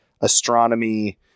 astronomy